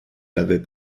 l’avais